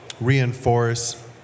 reinforce